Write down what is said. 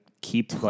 keep